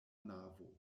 navo